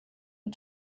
nur